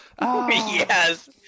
Yes